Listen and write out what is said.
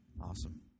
Awesome